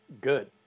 good